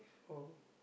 oh